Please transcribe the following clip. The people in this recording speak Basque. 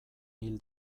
hil